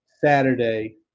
Saturday